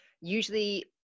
Usually